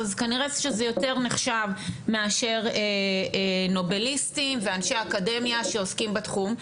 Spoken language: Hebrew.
אז כנראה שזה יותר נחשב מאשר נובליסטים ואנשי אקדמיה שעוסקים בתחום.